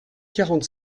quarante